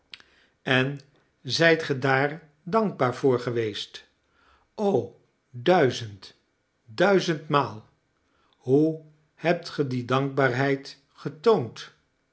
en zijt ge daar dankbaar voor geweest o duizend maal hoe hebt ge die dankbaarheid getoond